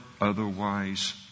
otherwise